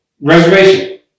reservation